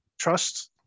Trust